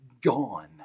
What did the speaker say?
gone